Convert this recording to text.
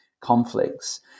conflicts